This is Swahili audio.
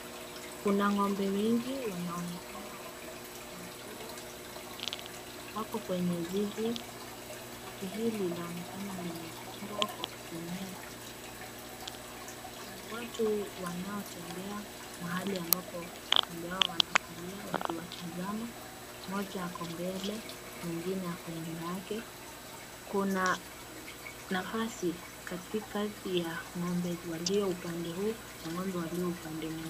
Kuna ng'ombe wengi wanaonekana wanakula. Wako kwenye zizi. Zizi hili linaonekana limejengwa kwa kutumia chuma. Kuna watu wanaotembea mahali ambapo ng'ombe hawa wanakulia. Watu wanatazama. Mmoja ako mbele mwingine ako nyuma yake. Kuna nafasi katikati ya ng'ombe walio upande huu na ng'ombe walio upande.